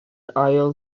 ail